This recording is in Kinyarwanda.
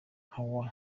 hawa